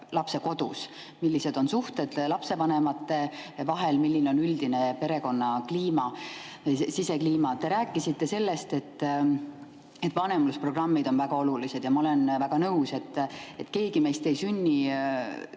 lapse kodus, millised on suhted lapsevanemate vahel, milline on üldine perekonna sisekliima. Te rääkisite sellest, et vanemlusprogrammid on väga olulised, ja ma olen väga nõus, et keegi meist ei sünni